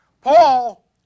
Paul